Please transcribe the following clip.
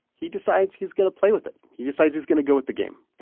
he decides he's going to play with it. he decides he's going to go with the game